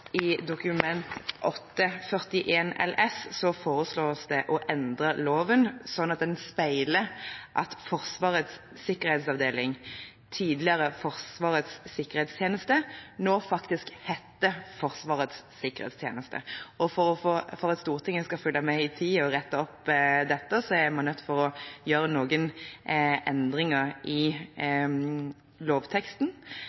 LS for 2015–2016, foreslås det å endre loven slik at den speiler at Forsvarets sikkerhetsavdeling, tidligere Forsvarets sikkerhetstjeneste, nå faktisk heter Forsvarets sikkerhetsavdeling. For at Stortinget skal følge med i tiden og rette opp dette, er vi nødt til å gjøre noen endringer i